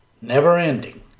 Never-ending